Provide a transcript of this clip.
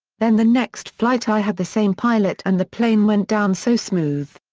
then the next flight i had the same pilot and the plane went down so smooth.